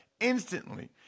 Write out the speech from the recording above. instantly